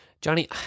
Johnny